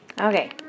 okay